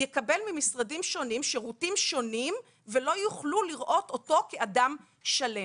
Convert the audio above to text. יקבל ממשרדים שונים שירותים שונים ולא יוכלו לראות אותו כאדם שלם.